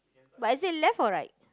but is it left or right